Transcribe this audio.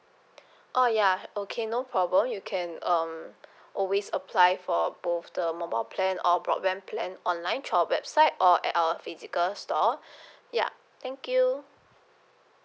oh ya okay no problem you can um always apply for both the mobile plan or broadband plan online through our website or at our physical store ya thank you